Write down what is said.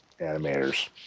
animators